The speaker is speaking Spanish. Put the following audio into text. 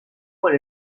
por